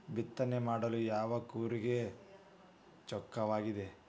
ಬಿತ್ತನೆ ಮಾಡಲು ಯಾವ ಕೂರಿಗೆ ಚೊಕ್ಕವಾಗಿದೆ?